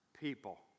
people